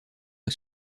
est